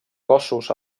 cossos